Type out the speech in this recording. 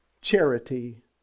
Charity